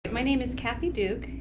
but my name is kathy duke,